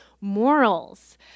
morals